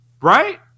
Right